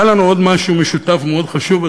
היה לנו עוד משהו משותף מאוד חשוב,